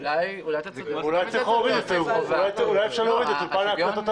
אולי אפשר להוריד את אולפן הקלטות האודיו.